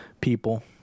people